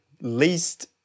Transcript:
least